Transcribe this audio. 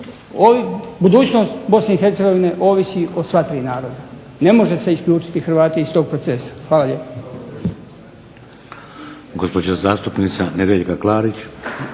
Budućnost BiH ovisi o sva tri naroda. Ne može se isključiti Hrvate iz tog procesa. Hvala lijepa.